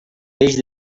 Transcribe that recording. peix